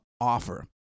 offer